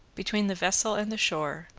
between the vessel and the shore,